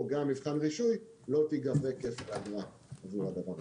גם מבחן רישוי לא תיגבה אגרה עבור הדבר הזה.